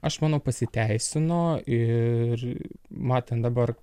aš manau pasiteisino ir matant dabar